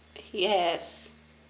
yes